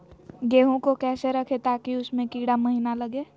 गेंहू को कैसे रखे ताकि उसमे कीड़ा महिना लगे?